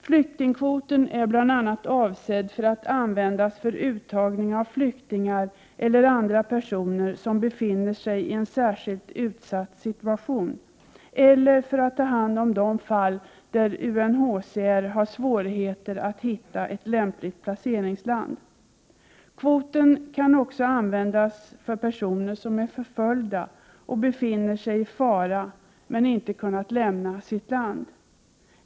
Flyktingkvoten är bl.a. avsedd att användas för uttagning av flyktingar eller andra personer som befinner sig i en särskilt utsatt situation eller för att ta hand om de fall där UNHCR har svårigheter att hitta ett lämpligt placeringsland. Kvoten kan också användas för personer som är förföljda och befinner sig i fara men som inte kunnat lämna sitt land.